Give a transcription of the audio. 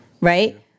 Right